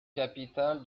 capitale